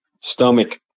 stomach